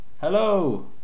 Hello